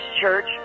church